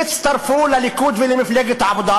תצטרפו לליכוד ולמפלגת העבודה.